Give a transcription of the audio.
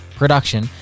production